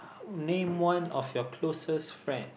name one of your closest friends